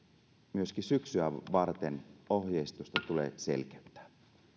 myöskin syksyä varten ohjeistusta tulee selkeyttää